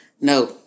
No